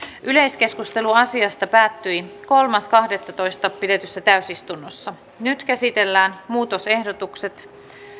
yleiskeskustelu asiasta päättyi kolmas kahdettatoista kaksituhattaviisitoista pidetyssä täysistunnossa nyt käsitellään muutosehdotukset